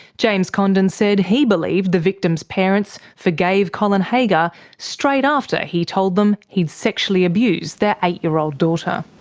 james condon said he believed the victims' parents forgave colin haggar straight after he told them he had sexually abused their eight-year-old daughter.